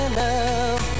love